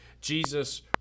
Jesus